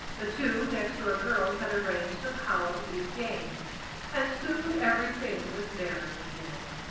the two next-door girls had arranged some hallow eve games and soon everything was merry again.